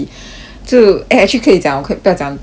就 eh actually 可以讲我可以不要讲讲内容